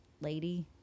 lady